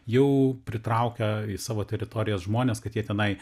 jau pritraukia į savo teritorijas žmones kad jie tenai